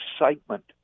excitement